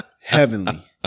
Heavenly